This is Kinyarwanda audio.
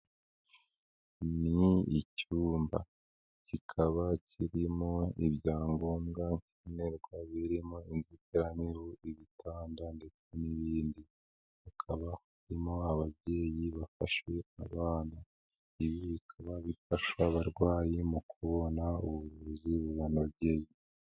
Ni icyumba kikaba kirimo ibyangombwa nkenerwa birimo inzitiramibu, ibitanda ndetse n'ibindi, hakaba harimo ababyeyi bafashe abana, ibi bikaba bifasha abarwayi mu kubona ubuvuzi bubanogeye.